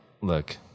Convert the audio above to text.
look